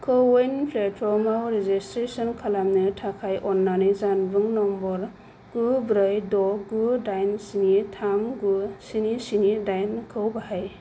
क' विन प्लेटफर्मआव रेजिस्ट्रेसन खालामनो थाखाय अननानै जानबुं नम्बर गु ब्रै द' गु दाइन स्नि थाम गु स्नि स्नि दाइनखौ बाहाय